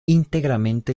íntegramente